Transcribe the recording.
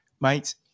mate